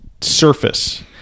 surface